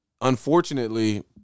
unfortunately